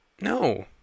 No